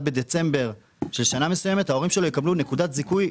בדצמבר של שנה מסוימת ההורים שלו יקבלו נקודת זיכוי,